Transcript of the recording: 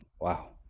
Wow